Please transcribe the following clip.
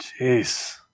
Jeez